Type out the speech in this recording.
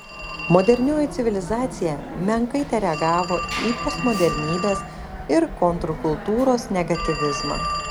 modernioji civilizacija menkai tereagavo į postmodernybės ir kontrkultūros negatyvizmą